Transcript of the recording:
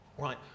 Right